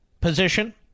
position